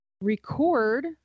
record